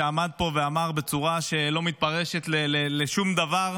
שעמד פה ואמר בצורה שלא מתפרשת לשום דבר: